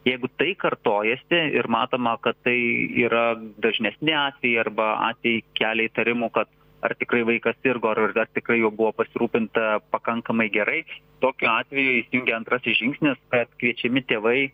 jeigu tai kartojasi ir matoma kad tai yra dažnesni atvejai arba atvejai kelia įtarimų kad ar tikrai vaikas sirgo ar tikrai juo buvo pasirūpinta pakankamai gerai tokiu atveju įsijungia antrasis žingsnis kad kviečiami tėvai